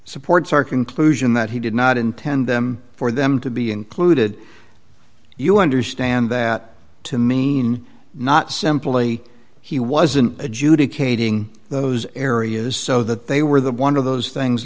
supports our conclusion that he did not intend for them to be included you understand that to mean not simply he wasn't adjudicating those areas so that they were the one of those things